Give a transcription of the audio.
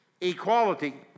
equality